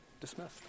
dismissed